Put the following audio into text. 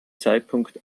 zeitpunkt